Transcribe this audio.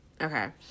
Okay